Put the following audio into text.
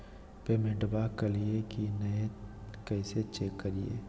पेमेंटबा कलिए की नय, कैसे चेक करिए?